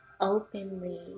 openly